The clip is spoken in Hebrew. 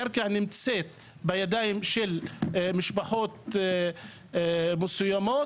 הקרקע נמצאת בידיים של משפחות מסוימות,